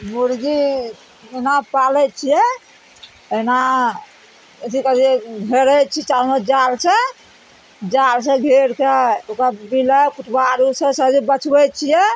मुर्गी एना पालय छियै अहिना अथी करियै घेरय छिका ओहाँ जालसँ जालसँ घेर कए ओकरा बिलाइ कुतबा आरुसँ सब भी बचबय छियै